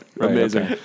amazing